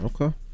Okay